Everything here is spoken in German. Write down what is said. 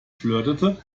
flirtete